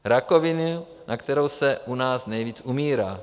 Rakoviny, na kterou se u nás nejvíc umírá.